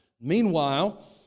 Meanwhile